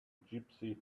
gypsy